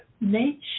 nature